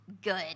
good